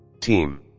team